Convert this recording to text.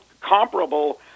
comparable